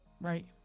right